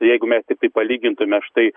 tai jeigu mes tiktai palygintume štai